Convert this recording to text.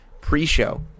pre-show